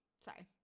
sorry